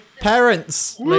parents